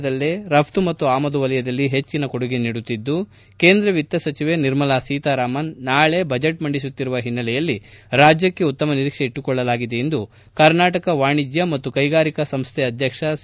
ಕರ್ನಾಟಕ ರಾಜ್ಯ ದೇಶದಲ್ಲೇ ರಘ್ತು ಮತ್ತು ಆಮದು ವಲಯದಲ್ಲಿ ಹೆಚ್ಚಿನ ಕೊಡುಗೆ ನೀಡುತ್ತಿದ್ದು ಕೇಂದ್ರ ವಿತ್ತ ಸಚಿವೆ ನಿರ್ಮಲಾ ಸೀತಾರಾಮನ್ ನಾಳೆ ಬಜೆಟ್ ಮಂಡಿಸುತ್ತಿರುವ ಓನ್ನೆಲೆಯಲ್ಲಿ ರಾಜ್ಯಕ್ಕೆ ಉತ್ತಮ ನಿರೀಕ್ಷೆ ಇಟ್ಟುಕೊಳ್ಳಲಾಗಿದೆ ಎಂದು ಕರ್ನಾಟಕ ವಾಣಿಜ್ಯ ಮತ್ತು ಕೈಗಾರಿಕಾ ಸಂಸ್ಥೆ ಅಧ್ಯಕ್ಷ ಸಿ